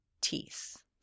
teeth